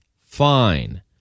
fine